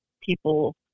people